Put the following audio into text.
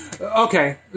Okay